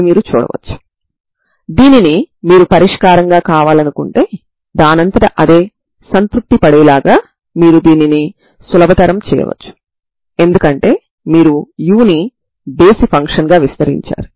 మీరు non zero పరిష్కారం కావాలనుకుంటే ఈ మాత్రిక eμa e μa eμb e μb యొక్క డిటెర్మినెంట్ 0 కావాలి